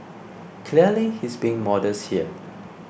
clearly he's being modest here